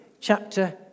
chapter